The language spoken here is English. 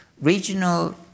Regional